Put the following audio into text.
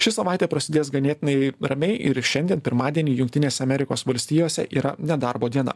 ši savaitė prasidės ganėtinai ramiai ir šiandien pirmadienį jungtinėse amerikos valstijose yra nedarbo diena